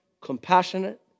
compassionate